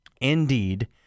Indeed